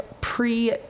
pre